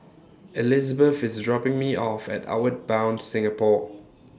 Elizebeth IS dropping Me off At Outward Bound Singapore